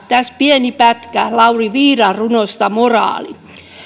tässä pieni pätkä lauri viidan runosta moraali